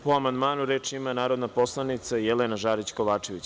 Po amandmanu, reč ima narodna poslanica Jelena Žarić Kovačević.